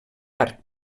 arc